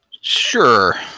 Sure